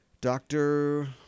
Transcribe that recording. Doctor